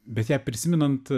bet ją prisimenant